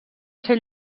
ser